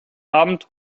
abend